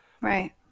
Right